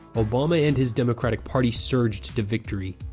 obama and his democratic party surged to victory.